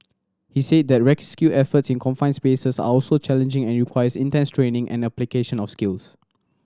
he said that rescue efforts in confined spaces are also challenging and requires intense training and application of skills